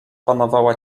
panowała